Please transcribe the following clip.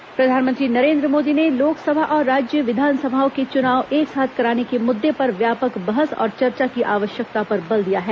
प्रधानमंत्री चुनाव प्रधानमंत्री नरेंद्र मोदी ने लोकसभा और राज्य विधानसभाओं के चुनाव एक साथ कराने के मुद्दे पर व्यापक बहस और चर्चा की आवश्यकता पर बल दिया है